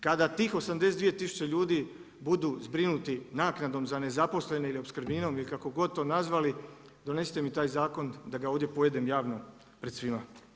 Kada tih 82 tisuće ljudi budu zbrinuti naknadom za nezaposlene ili opskrbninom ili kako god ili kako god to nazvali, donesite mi taj zakon da ga ovdje pojedem javno pred svima.